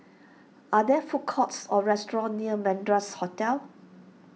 are there food courts or restaurants near Madras Hotel